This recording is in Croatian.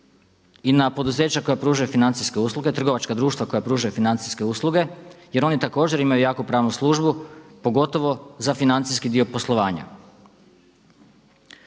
i na poduzeća koja pružaju financijske usluge, trgovačka društva koja pružaju financijske usluge jer oni također imaju jaku pravnu službu pogotovo za financijski dio poslovanja.